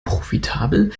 profitabel